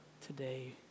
today